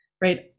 right